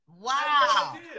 Wow